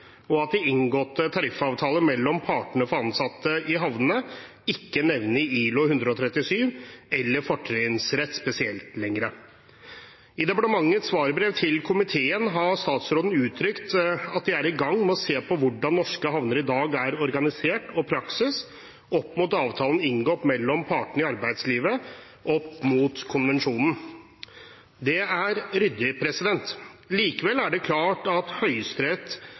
og at de inngåtte tariffavtalene mellom partene for ansatte i havnene ikke nevner ILO-konvensjon 137 eller fortrinnsrett spesielt lenger. I departementets svarbrev til komiteen har statsråden uttrykt at de er i gang med å se på hvordan norske havner i dag er organisert, og hvilken praksis som foreligger, opp mot avtalen som er inngått mellom partene i arbeidslivet, og konvensjonen. Det er ryddig. Likevel er det klart at Høyesterett